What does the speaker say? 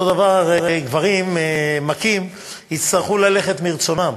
אותו דבר, גברים מכים יצטרכו ללכת מרצונם.